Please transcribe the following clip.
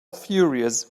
furious